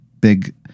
big